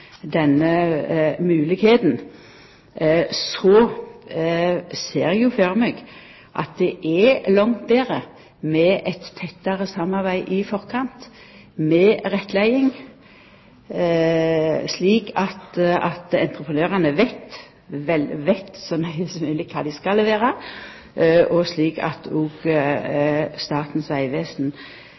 denne moglegheita. Så ser eg for meg at det er langt betre med eit tettare samarbeid i forkant, med rettleiing, slik at entreprenørane veit så nøye som mogleg kva dei skal levera, og slik at òg Statens